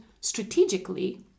strategically